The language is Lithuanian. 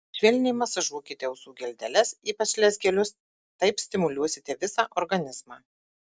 švelniai masažuokite ausų geldeles ypač lezgelius taip stimuliuosite visą organizmą